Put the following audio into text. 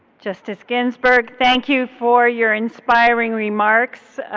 justice ginsburg thank you for your inspiring remarks.